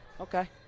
Okay